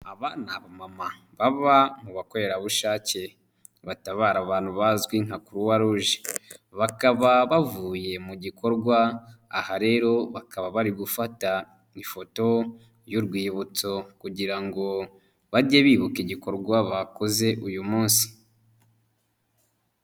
Aba ni abamama baba mu bakorerabushake batabara abantu bazwi nka kuruwa ruje bakaba bavuye mu gikorwa, aha rero bakaba bari gufata ifoto y'urwibutso kugira ngo bajye bibuka igikorwa bakoze uyu munsi.